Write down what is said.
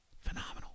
Phenomenal